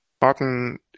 Button